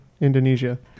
Indonesia